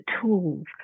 tools